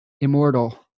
immortal